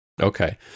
Okay